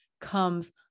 comes